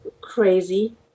crazy